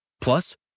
Plus